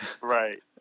right